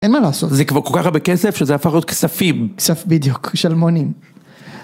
אין מה לעשות. זה כבר כל כך הרבה כסף שזה הפך להיות כספים. כספים בדיוק, שלמונים.